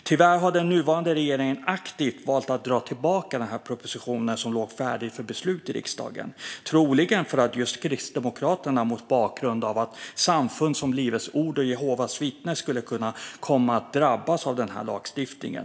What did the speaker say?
Tyvärr har den nuvarande regeringen aktivt valt att dra tillbaka den proposition som låg färdig för beslut i riksdagen, troligen på grund av Kristdemokraterna mot bakgrund av att samfund som Livets Ord och Jehovas vittnen skulle kunna komma att drabbas av den här lagstiftningen.